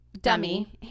dummy